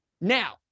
Now